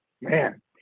man